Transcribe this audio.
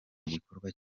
igikorwa